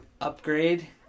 upgrade